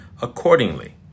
accordingly